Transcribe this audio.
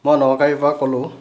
মই ন'কাৰী পৰা ক'লোঁ